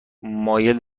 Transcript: مایل